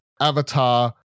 Avatar